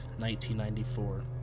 1994